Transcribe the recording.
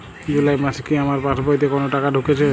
জুলাই মাসে কি আমার পাসবইতে কোনো টাকা ঢুকেছে?